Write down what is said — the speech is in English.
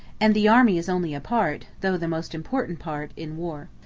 and the army is only a part, though the most important part, in war.